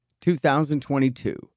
2022